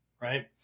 right